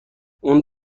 اون